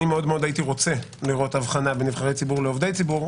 שאני מאוד הייתי רוצה לראות אבחנה בין עובדי ציבור ונבחרי ציבור,